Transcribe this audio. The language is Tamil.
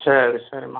சரி சரிம்மா